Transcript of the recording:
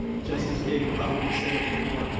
justice kagan, probably said it before.